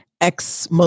Ex